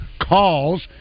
calls